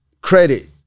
credit